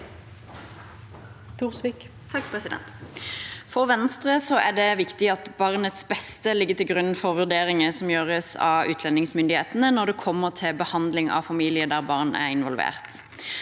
For Vens- tre er det viktig at barnets beste ligger til grunn for vurderinger som gjøres av utlendingsmyndighetene når det gjelder behandling av familier der barn er involvert.